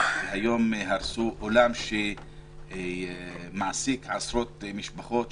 היום הרסו אולם שמעסיק עשרות משפחות,